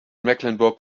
mecklenburg